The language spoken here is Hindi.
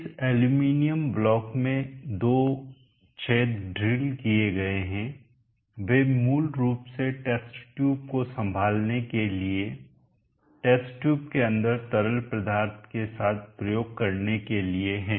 इस एल्यूमीनियम ब्लॉक में दो छेद ड्रिल किए गए हैं वे मूल रूप से टेस्ट ट्यूब को संभालने के लिए टेस्ट ट्यूब के अंदर तरल पदार्थ के साथ प्रयोग करने के लिए हैं